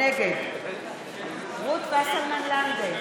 נגד רות וסרמן לנדה,